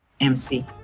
empty